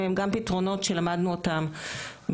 אבל הם חשובים מאוד גם לרוח האדם בכללי ולתרבות